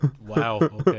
wow